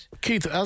Keith